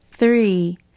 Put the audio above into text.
Three